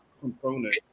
component